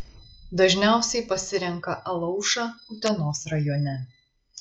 dažniausiai pasirenka alaušą utenos rajone